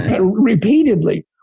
repeatedly